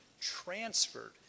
transferred